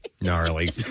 Gnarly